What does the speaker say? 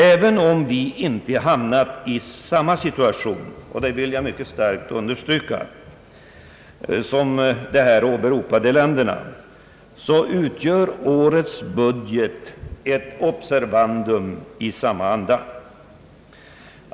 Även om vi inte hamnat i samma situation — det vill jag mycket starkt understryka — som de här åberopade länderna, så utgör årets budget ett observandum i samma anda.